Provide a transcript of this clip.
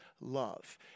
love